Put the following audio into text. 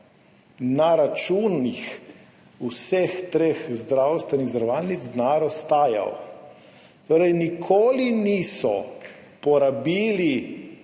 na računih vseh treh zdravstvenih zavarovalnic denar ostajal. Torej, nikoli niso porabili